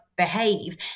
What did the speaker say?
behave